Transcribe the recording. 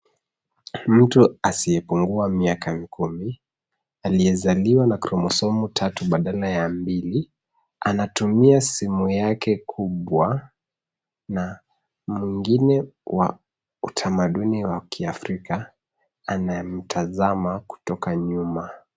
Mtu asiyepungua miaka kumi, aliyezaliwa na kromosomu tatu badala ya mbili, anatumia simu yake kubwa, na mwingine wa utamaduni wa kiafrika, anamtazama kutoka nyuma.